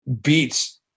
beats